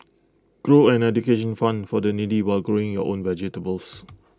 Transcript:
grow an education fund for the needy while growing your own vegetables